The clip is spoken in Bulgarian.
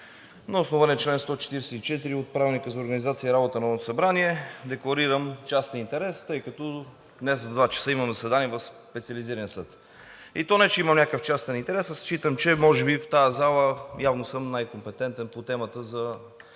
на основание чл. 144 от Правилника за организацията и дейността на Народното събрание декларирам частен интерес, тъй като днес в 14,00 ч. имам заседание в Специализирания съд, и то не че имам някакъв частен интерес, а считам, че може би в тази зала явно съм най-компетентен по темата за